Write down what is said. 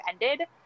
ended